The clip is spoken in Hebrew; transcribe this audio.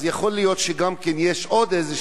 יכול להיות שיש עוד איזו